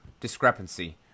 discrepancy